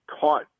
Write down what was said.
caught